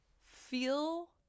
feel